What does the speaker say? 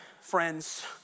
friends